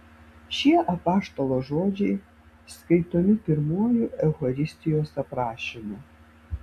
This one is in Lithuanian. šie apaštalo žodžiai skaitomi pirmuoju eucharistijos aprašymu